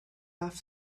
off